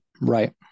Right